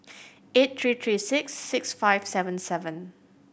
eight three three six six five seven seven